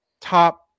top